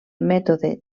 mètode